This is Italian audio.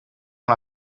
una